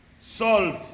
salt